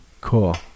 Cool